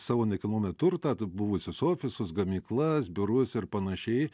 savo nekilnojamą turtą t buvusius ofisus gamyklas biurus ir panašiai